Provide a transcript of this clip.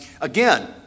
Again